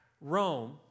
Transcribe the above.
Rome